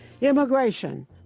Immigration